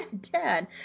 dad